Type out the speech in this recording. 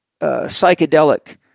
psychedelic